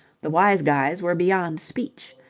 the wise guys were beyond speech.